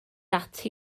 ati